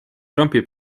trumpi